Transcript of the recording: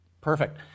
Perfect